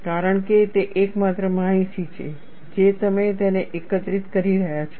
કારણ કે તે એકમાત્ર માહિતી છે જે તમે તેને એકત્રિત કરી રહ્યાં છો